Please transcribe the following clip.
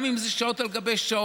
גם אם זה שעות על גבי שעות.